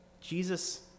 Jesus